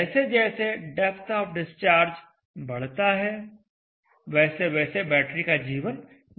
जैसे जैसे depth of discharge बढ़ता है वैसे वैसे बैटरी का जीवन घटता है